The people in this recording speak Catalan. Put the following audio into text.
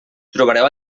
trobareu